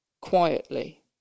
quietly